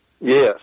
Yes